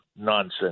nonsense